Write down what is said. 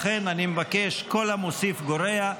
לכן אני מבקש: כול המוסיף גורע.